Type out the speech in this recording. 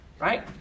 right